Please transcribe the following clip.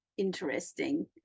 interesting